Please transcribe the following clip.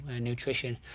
nutrition